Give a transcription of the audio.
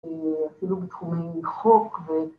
‫אפילו בתחומי חוק ו...